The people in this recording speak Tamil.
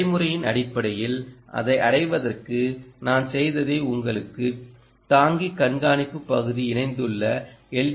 நடைமுறையின் அடிப்படையில் அதை அடைவதற்கு நான் செய்ததை உங்களுக்கு தாங்கி கண்காணிப்பு பகுதி இணைத்துள்ள எல்